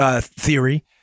theory